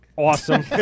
Awesome